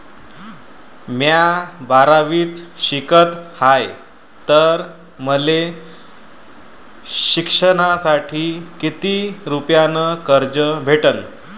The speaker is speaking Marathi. म्या बारावीत शिकत हाय तर मले शिकासाठी किती रुपयान कर्ज भेटन?